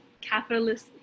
capitalist